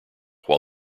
while